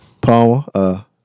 Palmer